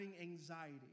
anxiety